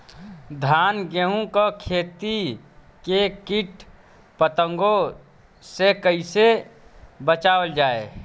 धान गेहूँक खेती के कीट पतंगों से कइसे बचावल जाए?